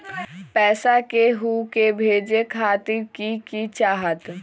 पैसा के हु के भेजे खातीर की की चाहत?